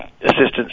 assistance